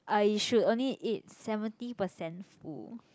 uh you should only eat seventy percent full